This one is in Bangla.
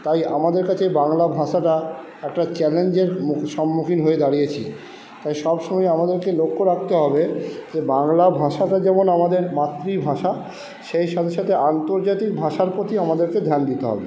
তাই আমাদের কাছে বাংলা ভাষাটা একটা চ্যালেঞ্জের মুখ সম্মুখীন হয়ে দাঁড়িয়েছি তাই সবসময় আমাদেরকে লক্ষ্য রাখতে হবে যে বাংলা ভাষাটা যেমন আমাদের মাতৃভাষা সেই সাথে সাথে আন্তর্জাতিক ভাষার প্রতি আমাদেরকে ধ্যান দিতে হবে